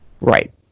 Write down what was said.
Right